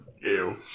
Ew